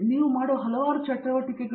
professor Abhijit P